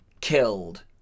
killed